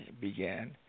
began